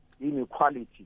inequality